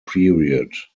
period